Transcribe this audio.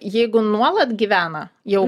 jeigu nuolat gyvena jau